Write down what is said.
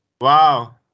Wow